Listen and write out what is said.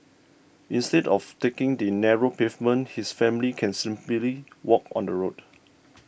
instead of taking the narrow pavement his family can simply walk on the road